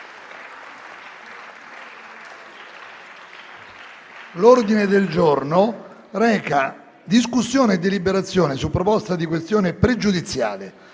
L'ordine del giorno reca la discussione e la deliberazione su proposta di questione pregiudiziale